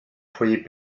foyer